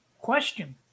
question